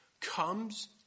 comes